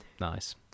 Nice